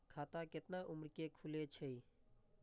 खाता केतना उम्र के खुले छै?